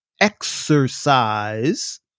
exercise